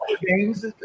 games